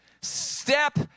step